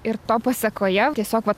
ir to pasekoje tiesiog vat